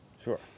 Sure